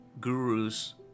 gurus